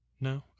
No